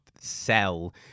sell